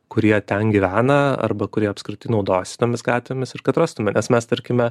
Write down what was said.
kurie ten gyvena arba kurie apskritai naudojasi tomis gatvėmis ir kad rastume nes mes tarkime